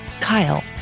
Kyle